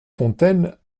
fontaines